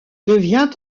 devient